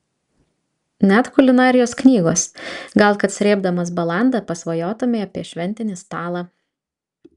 net kulinarijos knygos gal kad srėbdamas balandą pasvajotumei apie šventinį stalą